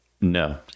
No